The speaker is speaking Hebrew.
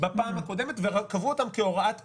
בפעם הקודמת וקבעו אותם כהוראת קבע.